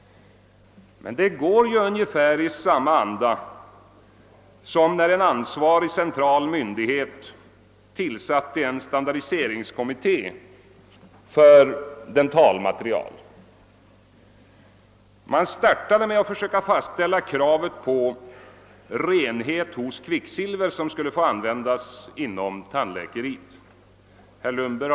: Men det går ungefär i samma anda som när en ansvarig central myndighet tillsatte en standardiseringskommitté för dentalmaterial. Man startade med att försöka fastställa kravet på renhet hos det kvicksilver som skulle :få användas inom tandläkaryrket.